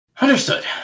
Understood